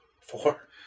Four